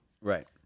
Right